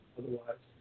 otherwise